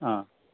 অঁ